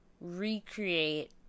recreate